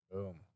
Boom